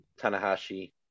Tanahashi